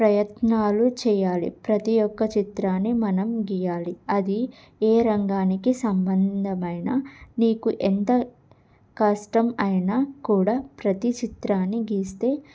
ప్రయత్నాలు చేయాలి ప్రతి ఒక్క చిత్రాన్ని మనం గీయాలి అది ఏ రంగానికి సంబంధమైనా నీకు ఎంత కష్టం అయినా కూడా ప్రతి చిత్రాన్ని గీస్తే